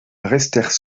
restèrent